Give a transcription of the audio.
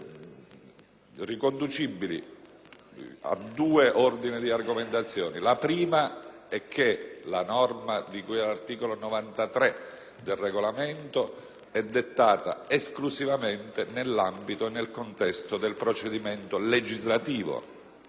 riconducibili a due ordini di argomentazioni: la prima è che la norma di cui all'articolo 93 del Regolamento è dettata esclusivamente nell'ambito del procedimento legislativo